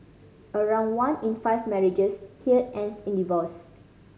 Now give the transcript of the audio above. around one in five marriages here ends in divorce